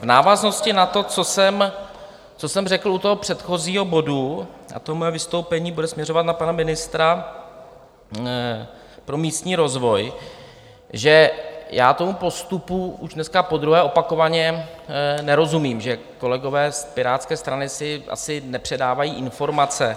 V návaznosti na to, co jsem řekl u předchozího bodu, moje vystoupení bude směřovat na pana ministra pro místní rozvoj, že já tomu postupu už dneska podruhé opakovaně nerozumím, že kolegové z Pirátské strany si asi nepředávají informace.